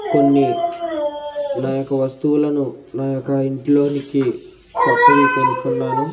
కొన్ని నా యొక్క వస్తువులను నా యొక్క ఇంట్లోనికి కొత్తవి కొనుక్కున్నాను